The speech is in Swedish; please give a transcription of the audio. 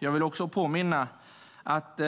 Jag vill också påminna om att i